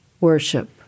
worship